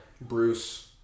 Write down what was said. Bruce